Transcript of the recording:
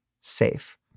safe